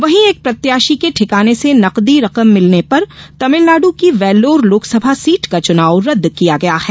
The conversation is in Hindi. वहीं एक प्रत्याषी के ठिकाने से नकदी रकम मिलने पर तमिलनाडु की वेल्लोर लोकसभा सीट का चुनाव रद्द किया गया है